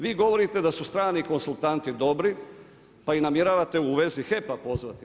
Vi govorite da su strani konzultanti dobri, pa ih namjeravate u vezi HEP-a pozvati.